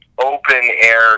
open-air